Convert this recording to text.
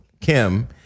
Kim